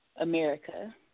America